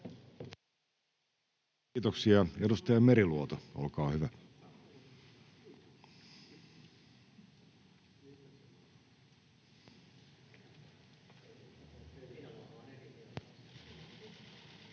Kiitoksia. — Edustaja Merinen, olkaa hyvä. [Speech